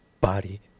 body